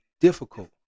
difficult